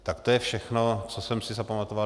Tak to je všechno, co jsem si zapamatoval.